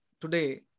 today